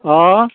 अह